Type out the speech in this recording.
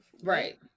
right